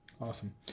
Awesome